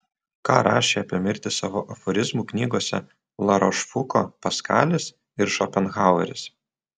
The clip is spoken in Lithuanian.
ką rašė apie mirtį savo aforizmų knygose larošfuko paskalis ir šopenhaueris